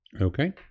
Okay